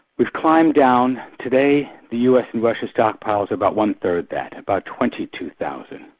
we've climbed down. today the us and russia stockpiles about one-third that, about twenty two thousand,